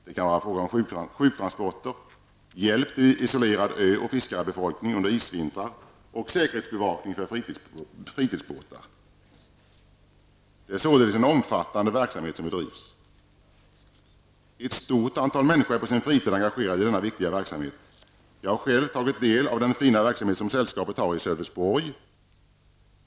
Det kan vara fråga om sjuktransporter, hjälp till isolerad ö och fiskarebefolkning under isvintrar och säkerhetsbevakning för fritidsbåtar. Det är således en omfattande verksamhet som bedrivs. Ett stort antal människor är på sin fritid engagerad i denna viktiga verksamhet. Jag har själv tagit del av den fina verksamhet som sällskapet har i Sölvesborg.